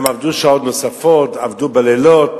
הם עבדו שעות נוספות, עבדו בלילות.